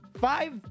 Five